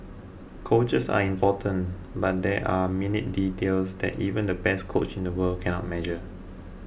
coaches are important but there are minute details that even the best coach in the world cannot measure